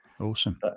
awesome